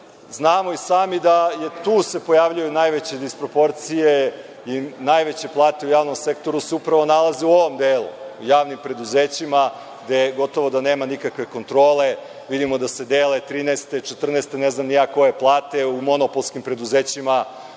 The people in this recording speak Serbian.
Znamo i sami da se tu pojavljuju najveće disproporcije i najveće plate u javnom sektoru se upravo nalaze u ovom delu, u javnim preduzećima gde gotovo da nema nikakve kontrole. Vidimo da se dele trinaeste, četrnaeste, ne znam ni ja koje plate u monopolskim preduzećima